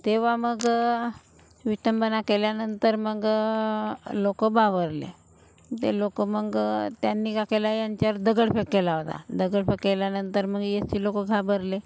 तेव्हा मग विटंबना केल्यानंतर मग लोकं बावरले ते लोकं मग त्यांनी काय केलं यांच्यावर दगडफेक केला होता दगडफेक केल्यानंतर मग एस सी लोकं घाबरले